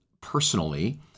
personally